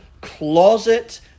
closet